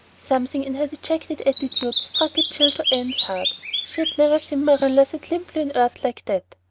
something in her dejected attitude struck a chill to anne's heart. she had never seen marilla sit limply inert like that.